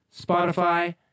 Spotify